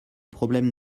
problèmes